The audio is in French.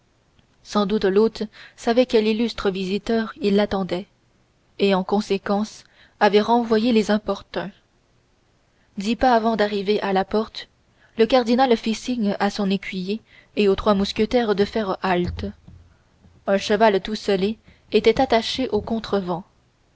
sans doute l'hôte savait quel illustre visiteur il attendait et en conséquence il avait renvoyé les importuns dix pas avant d'arriver à la porte le cardinal fit signe à son écuyer et aux trois mousquetaires de faire halte un cheval tout sellé était attaché au contrevent